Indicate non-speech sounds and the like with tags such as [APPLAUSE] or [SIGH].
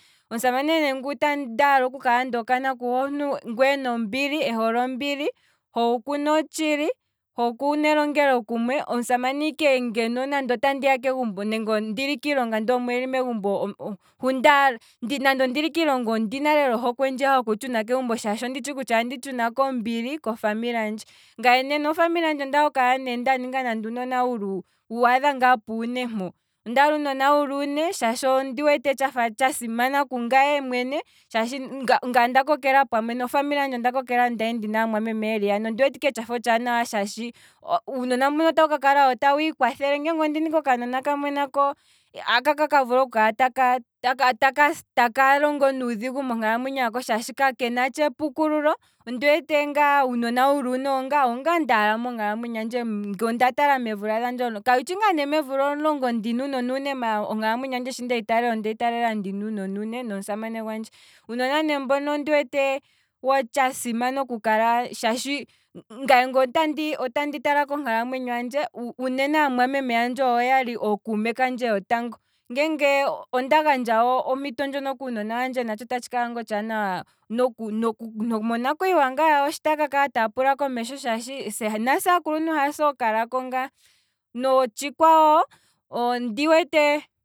Omusamane ne ngu ta ndaala okuka ndo kanwa kuhe omuntu ngweena ombili, ehole ombili ho kuno otshili, ho kune elongelo kumwe, omusamane ike ngeno nande otandi ya kegumbo nenge ondili kiilonga ndee omweeli megumbo, [HESITATION] hu ndalo, nande ondili kiilonga ondina lela ohokwe ndjiya hoku tshuna kegumbo shaashi onditshi kutya andi tshuna kombili kofamily handje, ngaye ne nofamily handje ondaala okuninga nande uunona wu waadha ngaa puune mpo, ondaala uunona wuli une shaashi ondi wete tshafa tsha simana kungaye mwene shaashi ngaye onda kokela pamwe nofamily handje, onda kokela nda ndina aamwameme yeli yane, ondi wete ike tshafa otshaanawa shaashi uunona mbuno otawu ka kala ta wiikwathele, ngee ondina ike okanona kamwe nako aka kakala taka taka taka longo nuudhigu monkalamwenyo hako shaashi ka kenatsha epukululo, ondi wete ngaa uunona wuli une owo ngaa ndaala, owo nda tala meemvula dhandje omulongo, kayishi ngaa memvula omulongo omo ndina uunona une maala onkalamwenyo handje shi ndehi talela, ondehi tala ndina uunona wuli une nomusamane gwandje. Uunona ne mbono ondi wete wo tsha simana okukala shaashi, ngaye nge otandi otandi tala konkalamwenyo handje, uunene aamwameme yandje oyo yali ookuume kandje yotango, ngenge onda gandja ompito ndjono kuunona wandje natsho ota tshikala ngaa otshaanawa noku noku nomo nakwiiwa ngaa hawo shi taa kakala taa pula komesho shaashi se nase aakuluntu hase ookalako ngaa, notshi kwawo ondi wete